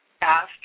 asked